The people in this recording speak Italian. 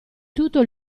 tutto